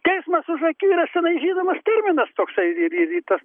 teismas už akių yra sunaikinamas terminas toksai ir ir ir tas